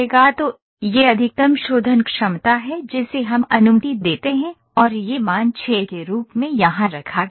तो यह अधिकतम शोधन क्षमता है जिसे हम अनुमति देते हैं और यह मान 6 के रूप में यहां रखा गया है